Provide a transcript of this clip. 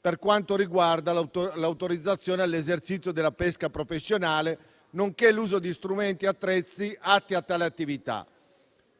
per quanto riguarda l'autorizzazione all'esercizio della pesca professionale, nonché l'uso di strumenti e attrezzi atti a tale attività,